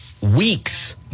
weeks